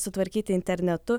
sutvarkyti internetu